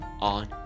on